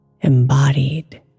embodied